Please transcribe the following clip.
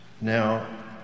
now